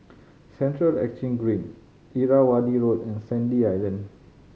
Central Exchange Green Irrawaddy Road and Sandy Island